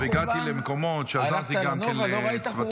-- והגעתי למקומות וגם עזרתי לצוותים.